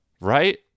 Right